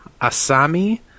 Asami